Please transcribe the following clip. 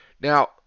now